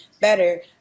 better